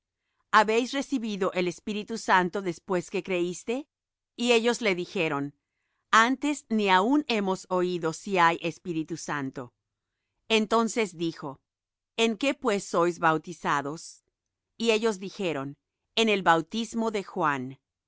habéis recibido el espíritu santo después que creísteis y ellos le dijeron antes ni aun hemos oído si hay espíritu santo entonces dijo en qué pues sois bautizados y ellos dijeron en el bautismo de juan